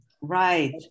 Right